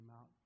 out